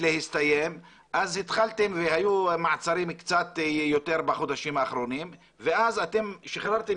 להסתיים והיו מעצרים קצת יותר בחודשים האחרונים ואז אתם שחררתם